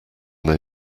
they